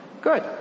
Good